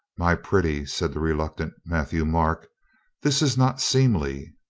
my pretty, said the reluctant matthieu-marc, this is not seemly.